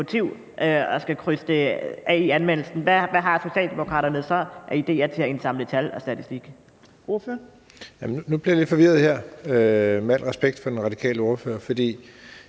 Nu bliver jeg lidt forvirret her, med al respekt for den radikale ordfører, for